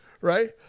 Right